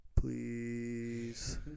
Please